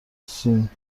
سین